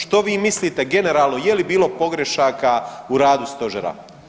Što vi mislite generalno je li bilo pogrešaka u radu Stožera?